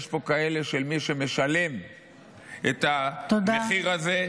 יש פה כאלה ממי שמשלמים את המחיר הזה -- תודה.